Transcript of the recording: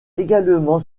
également